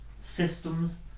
systems